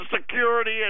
Security